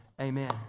amen